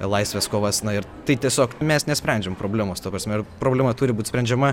laisvės kovas na ir tai tiesiog mes nesprendžiam problemos ta prasme ir problema turi būt sprendžiama